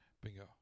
Bingo